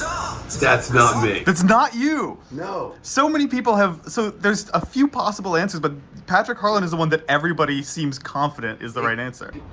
that's not me. that's not you! no! so many people have. so there's a few possible answers, but patrick harlan is the one that everybody seems confident is the right answer.